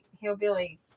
hillbilly